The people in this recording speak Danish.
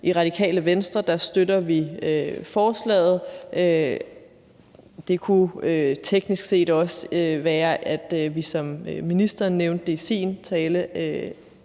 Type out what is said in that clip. I Radikale Venstre støtter vi forslaget. Det kunne teknisk set også være, at vi, som ministeren nævnte i sin tale,